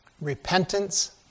repentance